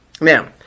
Now